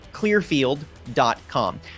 clearfield.com